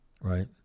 right